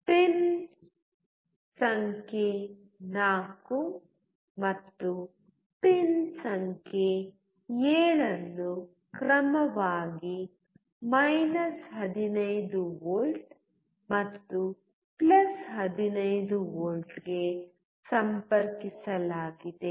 pin ಸಂಖ್ಯೆ 4 ಮತ್ತು pin ಸಂಖ್ಯೆ 7 ಅನ್ನು ಕ್ರಮವಾಗಿ 15 ವಿ ಮತ್ತು 15 ವಿ ಗೆ ಸಂಪರ್ಕಿಸಲಾಗಿದೆ